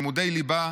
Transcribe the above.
על לימודי ליבה,